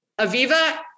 Aviva